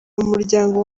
umuryango